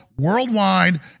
worldwide